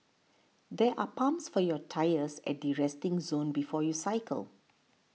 there are pumps for your tyres at the resting zone before you cycle